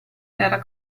era